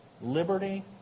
liberty